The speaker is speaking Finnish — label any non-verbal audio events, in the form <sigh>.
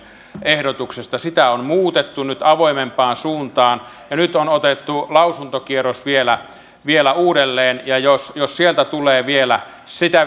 ehdotuksesta sitä on muutettu nyt avoimempaan suuntaan ja nyt on otettu lausuntokierros vielä vielä uudelleen ja jos jos sieltä tulee vielä sitä <unintelligible>